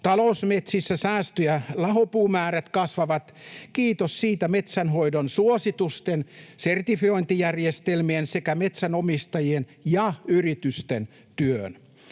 Talousmetsissä säästö- ja lahopuumäärät kasvavat — kiitos siitä metsänhoidon suositusten, sertifiointijärjestelmien sekä metsänomistajien ja yritysten työn.